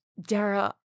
Dara